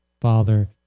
Father